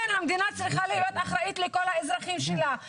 כן, המדינה צריכה להיות אחראית לכל האזרחים שלה.